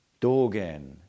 Dogen